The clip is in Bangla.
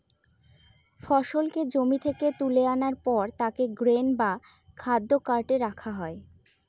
ফসলকে জমি থেকে তুলে আনার পর তাকে গ্রেন বা খাদ্য কার্টে রাখা হয়